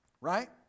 Right